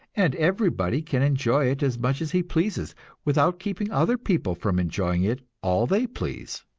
and everybody can enjoy it as much as he pleases without keeping other people from enjoying it all they please.